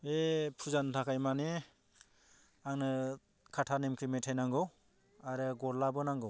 बे फुजानि थाखाय माने आंनो काता नेमखि मेथाइ नांगौ आरो गरलाबो नांगौ